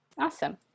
Awesome